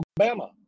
Alabama